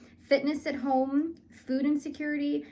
fitness at home, food insecurity,